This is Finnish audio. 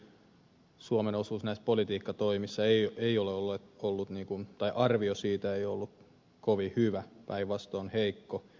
varsinkaan arvio suomen osuudesta näissä politiikkatoimissa ei riolalla ollut niin kunta arvio siitä ole ollut kovin hyvä päinvastoin heikko